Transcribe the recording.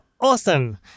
Awesome